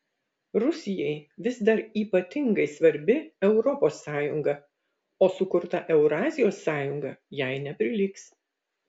rusijai vis dar ypatingai svarbi europos sąjunga o sukurta eurazijos sąjunga jai neprilygs